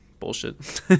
bullshit